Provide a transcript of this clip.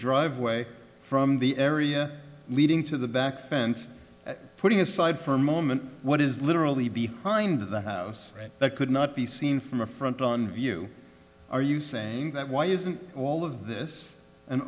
driveway from the area leading to the back fence putting aside for a moment what is literally behind the house that could not be seen from the front on view are you saying that why isn't all of this an